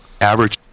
average